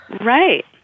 Right